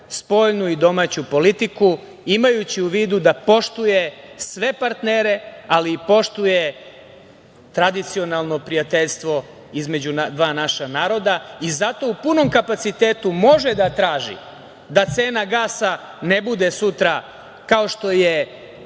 i domaću politiku, imajući u vidu da poštuje sve partnere, ali i poštuje tradicionalno prijateljstvo između dva naša naroda i zato u punom kapacitetu može da traži da cena gasa ne bude sutra, kao što je